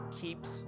keeps